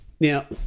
Now